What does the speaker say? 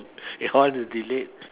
ya what to delete